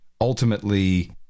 ultimately